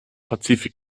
pazifik